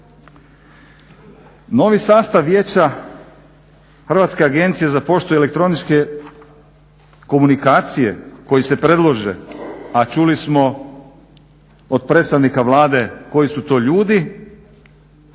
Novi sastav Vijeća Hrvatske agencije za poštu i elektroničke komunikacije koji se predlaže a čuli smo od predstavnika Vlade koji su to ljudi